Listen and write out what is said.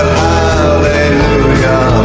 hallelujah